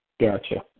Gotcha